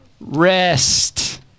Rest